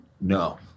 No